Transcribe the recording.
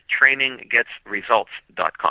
traininggetsresults.com